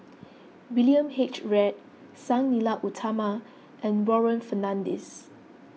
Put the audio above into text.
William H Read Sang Nila Utama and Warren Fernandez